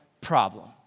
problem